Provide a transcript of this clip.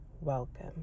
Welcome